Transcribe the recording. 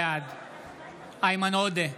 בעד איימן עודה,